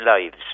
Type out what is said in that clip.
lives